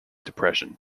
depression